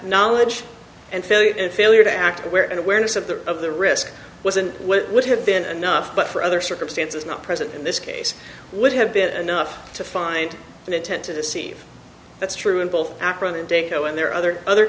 knowledge and failure if failure to act where an awareness of the of the risk wasn't what would have been enough but for other circumstances not present in this case would have been enough to find an intent to deceive that's true in both acronym dado and there are other other